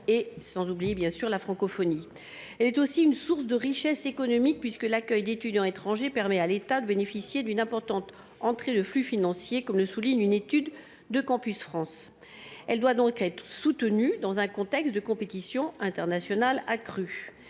son importance pour la francophonie. Elle est aussi une source de richesse économique, puisque l’accueil d’étudiants étrangers permet à l’État d’enregistrer des flux financiers entrants importants, comme le souligne une étude de Campus France. Elle doit donc être soutenue, dans un contexte de compétition internationale accrue.